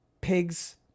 pigs